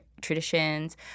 traditions